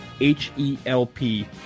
H-E-L-P